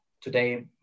today